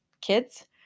kids